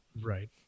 Right